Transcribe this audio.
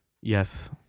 Yes